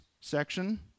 section